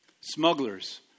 Smugglers